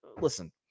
listen